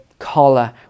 collar